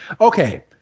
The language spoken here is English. okay